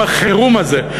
עם החירום הזה,